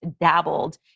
dabbled